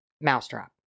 Mousetrap